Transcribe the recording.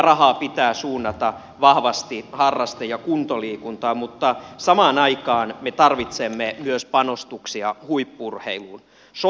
rahaa pitää suunnata vahvasti harraste ja kuntoliikuntaan mutta samaan aikaan me tarvitsemme panostuksia myös huippu urheiluun